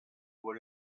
would